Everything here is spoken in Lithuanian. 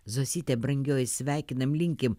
zosyte brangioji sveikinam linkim